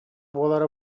буолара